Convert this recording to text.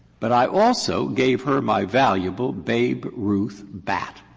but i also gave her my valuable babe ruth bat.